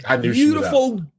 beautiful